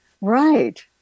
right